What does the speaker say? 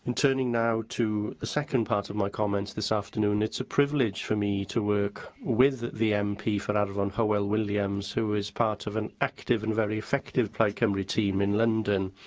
and turning now to the second part of my comments this afternoon, it's a privilege for me to work with the mp for arfon, hywel williams, who is part of an active and very effective plaid cymru team in london.